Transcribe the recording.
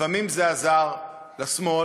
לפעמים זה עזר לשמאל,